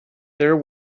there